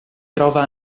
trova